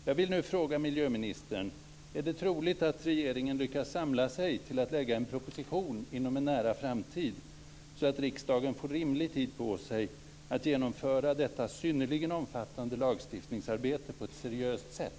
Jag vill fråga miljöministern: Är det troligt att regeringen lyckas samla sig till att lägga fram en proposition inom en nära framtid så att riksdagen får rimlig tid på sig att genomföra detta synnerligen omfattande lagstiftningsarbete på ett seriöst sätt?